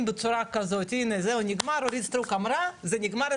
בצורה כזו כמו שאורית סטרוק התנצלה ונגמר,